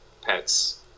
pets